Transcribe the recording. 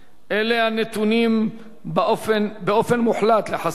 אלה הנתונים באופן מוחלט לחסדנו,